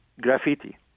graffiti